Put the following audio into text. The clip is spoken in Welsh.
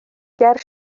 ger